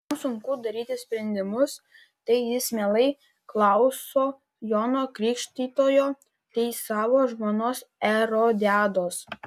jam sunku daryti sprendimus tai jis mielai klauso jono krikštytojo tai savo žmonos erodiados